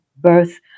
birth